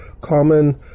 common